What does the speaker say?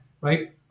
right